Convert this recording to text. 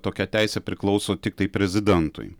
tokia teisė priklauso tiktai prezidentui